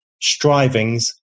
strivings